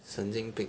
神经病